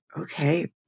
okay